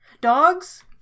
Dogs